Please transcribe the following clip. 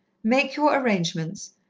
make your arrangements,